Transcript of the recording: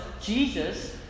Jesus